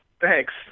Thanks